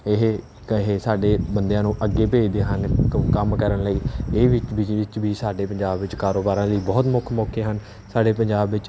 ਇਹ ਕਹੇ ਸਾਡੇ ਬੰਦਿਆਂ ਨੂੰ ਅੱਗੇ ਭੇਜਦੇ ਹਨ ਕ ਕੰਮ ਕਰਨ ਲਈ ਇਹ ਵੀ ਸਾਡੇ ਪੰਜਾਬ ਵਿਚ ਕਾਰੋਬਾਰਾਂ ਲਈ ਬਹੁਤ ਮੁੱਖ ਮੌਕੇ ਹਨ ਸਾਡੇ ਪੰਜਾਬ ਵਿੱਚ